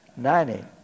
90